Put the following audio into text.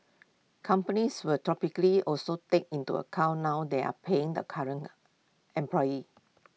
companies will topically also take into account now they are paying the current employees